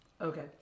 Okay